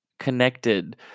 connected